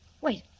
Wait